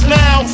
now